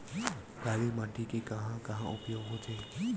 काली माटी के कहां कहा उपयोग होथे?